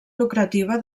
lucrativa